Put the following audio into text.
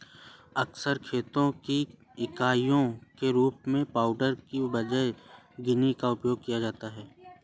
अक्सर खाते की इकाइयों के रूप में पाउंड के बजाय गिनी का उपयोग किया जाता है